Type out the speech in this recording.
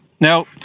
Now